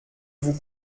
vous